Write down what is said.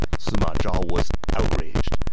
sima zhao was outraged.